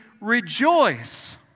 rejoice